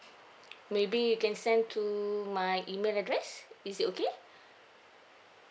maybe you can send to my email address is it okay